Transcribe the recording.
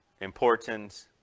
important